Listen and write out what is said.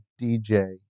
DJ